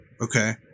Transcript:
okay